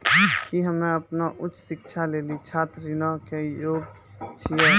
कि हम्मे अपनो उच्च शिक्षा लेली छात्र ऋणो के योग्य छियै?